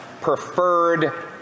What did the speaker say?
preferred